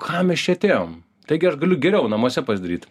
kam mes čia atėjom taigi aš galiu geriau namuose pasidaryt